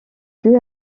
plus